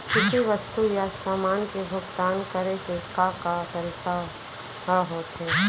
किसी वस्तु या समान के भुगतान करे के का का तरीका ह होथे?